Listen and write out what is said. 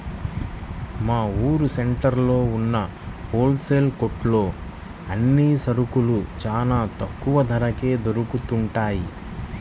మా ఊరు సెంటర్లో ఉన్న హోల్ సేల్ కొట్లో అన్ని సరుకులూ చానా తక్కువ ధరకే దొరుకుతయ్